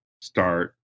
start